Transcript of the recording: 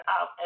out